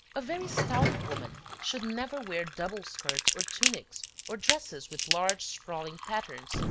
a very stout woman should never wear double skirts or tunics or dresses with large sprawling patterns,